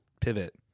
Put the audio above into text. pivot